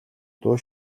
дуу